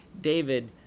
David